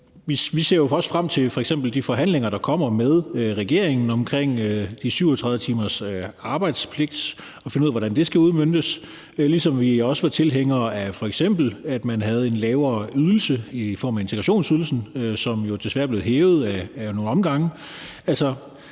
f.eks. også frem til de forhandlinger, der kommer med regeringen om de 37 timers arbejdspligt, og til at finde ud af, hvordan det skal udmøntes, ligesom vi også var tilhængere af, at man f.eks. havde en lavere ydelse i form af integrationsydelsen, som jo desværre er blevet hævet ad nogle omgange.